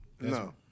No